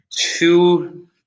Two